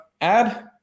add